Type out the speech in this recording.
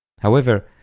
however,